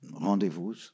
rendezvous